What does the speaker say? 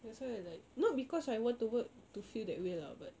that's why I like not because I want to work to feel that way lah but